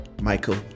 Michael